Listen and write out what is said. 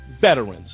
veterans